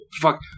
fuck